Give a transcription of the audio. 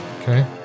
Okay